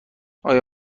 آیا